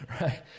right